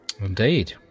Indeed